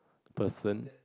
person